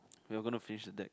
you're going to finish with that